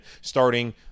starting